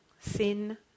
Sin